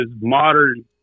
modern –